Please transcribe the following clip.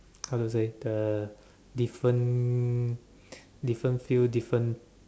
how to say the different different field different